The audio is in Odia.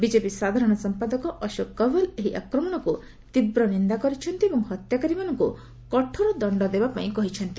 ବିଜେପି ସାଧାରଣ ସମ୍ପାଦକ ଅଶୋକ କଭଲ ଏହି ଆକ୍ରମଣକୁ ତୀବ୍ର ନିନ୍ଦା କରିଛନ୍ତି ଏବଂ ହତ୍ୟାକାରୀମାନଙ୍କୁ କଠୋର ଦଣ୍ଡ ଦେବା ପାଇଁ କହିଛନ୍ତି